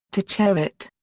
to chair it.